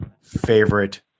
favorite